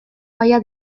gaia